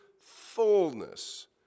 fullness